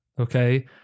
Okay